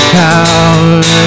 power